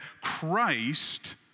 Christ